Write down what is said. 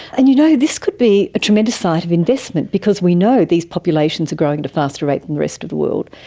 and you know, this could be a tremendous site of investment because we know these populations are growing at a faster rate than the rest of the world.